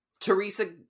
Teresa